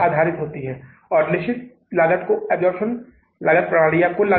और फिर हमने यह पता लगाने की कोशिश की कि आय व्यय से अधिक है या नहीं